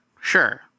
sure